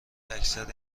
اکثر